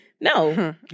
No